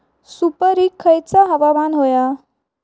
सुपरिक खयचा हवामान होया?